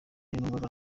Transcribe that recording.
nubwo